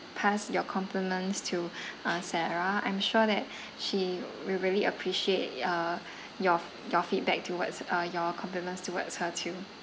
pass your compliments to uh sarah I'm sure that she will really appreciate y~ uh your f~ your feedback towards uh your compliments towards her too